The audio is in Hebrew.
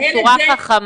בצורה חכמה.